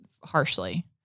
harshly